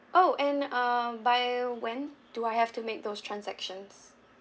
oh and uh by when do I have to make those transactions